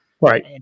Right